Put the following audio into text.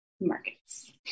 markets